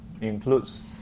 includes